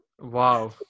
wow